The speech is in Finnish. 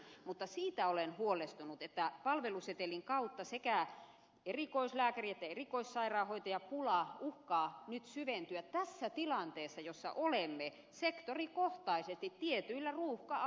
mutta siitä olen huolestunut että palvelusetelin kautta sekä erikoislääkäri että erikoissairaanhoitajapula uhkaa nyt syventyä tässä tilanteessa jossa olemme sektorikohtaisesti tietyillä ruuhka aloilla